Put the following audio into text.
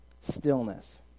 stillness